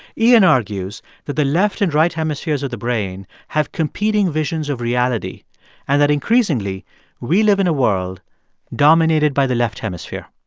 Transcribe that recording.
iain argues that the left and right hemispheres of the brain have competing visions of reality and that increasingly we live in a world dominated by the left hemisphere.